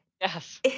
Yes